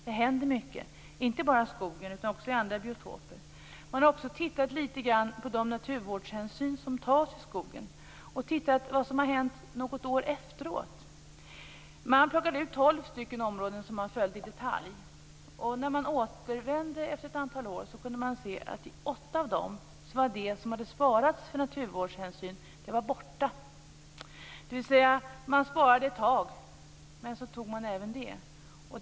Det händer mycket, inte bara i skogen utan också i andra biotoper. Man har också tittat lite på de naturvårdshänsyn som tas i skogen och tittat på vad som har hänt något år efter. Man plockade ut tolv områden som man följde i detalj. När man återvände efter ett antal år kunde man se att i åtta av dessa områden var det som hade sparats av naturvårdshänsyn borta. Man sparade dessa ett tag, men sedan togs även dessa.